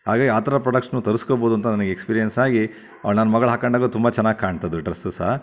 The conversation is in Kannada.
ಹಾಗಾಗಿ ಆ ಥರ ಪ್ರಾಡಕ್ಟ್ಸನ್ನೂ ತರ್ಸ್ಕಬೋದು ಅಂತ ನನಗೆ ಎಕ್ಸ್ಪೀರಿಯೆನ್ಸ್ ಆಗಿ ಅವಳು ನನ್ನ ಮಗಳು ಹಾಕ್ಕೊಂಡಾಗ ತುಂಬ ಚೆನ್ನಾಗಿ ಕಾಣ್ತದು ಡ್ರೆಸ್ಸು ಸಹ